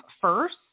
first